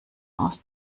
aus